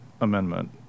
amendment